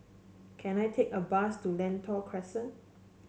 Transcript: can I take a bus to Lentor Crescent